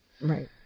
right